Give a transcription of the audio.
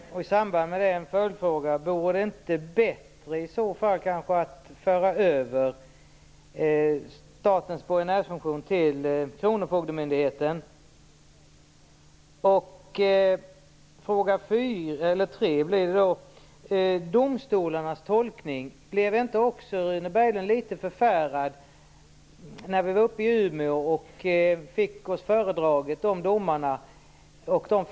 I samband med den har jag en följdfråga. Vore det inte bättre att föra över statens borgenärsfunktion till kronofogdemyndigheten? Fråga tre gäller domstolarnas tolkning. Blev inte också Rune Berglund litet förfärad när vi var uppe i Umeå och fick de domarna föredragna för oss?